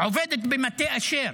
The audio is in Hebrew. עובדת במטה אשר.